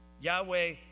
Yahweh